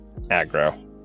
aggro